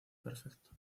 perfecto